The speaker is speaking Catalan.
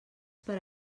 per